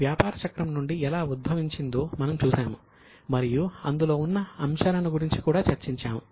ఇది వ్యాపార చక్రం నుండి ఎలా ఉద్భవించిందో మనము చూశాము మరియు అందులో ఉన్న అంశాలను గురించి కూడా చర్చించాము